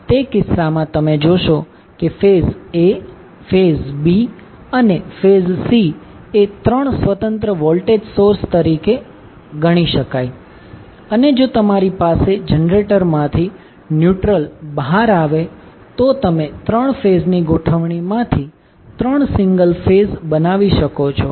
તે કિસ્સામાં તમે જોશો કે ફેઝ A ફેઝ B અને ફેઝ C એ 3 સ્વતંત્ર વોલ્ટેજ સોર્સ તરીકે ગણી શકાય અને જો તમારી પાસે જનરેટર માંથી ન્યુટ્રલ બહાર આવે તો તમે 3 ફેઝની ગોઠવણીમાંથી 3 સિંગલ ફેઝ બનાવી શકો છો